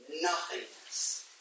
Nothingness